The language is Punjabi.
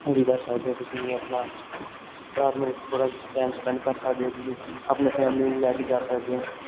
ਉਹ ਵੀ ਕਰ ਸਕਦੇ ਹੋ ਤੁਸੀਂ ਆਪਣਾ ਰਾਤ ਨੂੰ ਥੋੜ੍ਹਾ ਟਾਈਮ ਸਪੈਂਡ ਕਰ ਸਕਦੇ ਹੋ ਤੁਸੀਂ ਆਪਣੇ ਫੈਮਲੀ ਨੂੰ ਲੈ ਕੇ ਜਾ ਸਕਦੇ ਹੋ